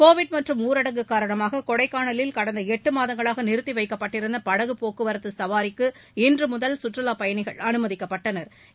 Covid மற்றும் ஊரடங்கு காரணமாக கொடைக்கானலில் கடந்த எட்டு மாதங்களாக நிறுத்தி வைக்கப்பட்டிருந்த படகு சவாரிக்கு இன்று முதல் கற்றுலாப் பயணிகள் அனுமதிக்கப்பட்டனா்